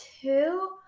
two